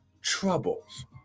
troubles